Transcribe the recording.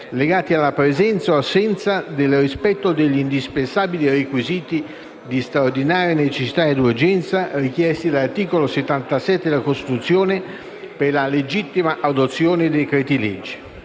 legati alla presenza, o assenza, del rispetto degli indispensabili requisiti di straordinaria necessità e urgenza richiesti dall'articolo 77 della Costituzione per la legittima adozione dei decreti-legge.